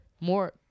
more